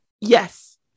Yes